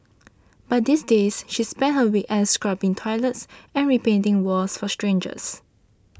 but these days she spends her week ends scrubbing toilets and repainting walls for strangers